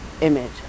image